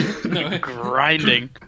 Grinding